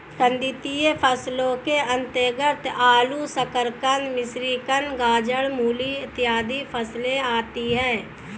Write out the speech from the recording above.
कंदीय फसलों के अंतर्गत आलू, शकरकंद, मिश्रीकंद, गाजर, मूली आदि फसलें आती हैं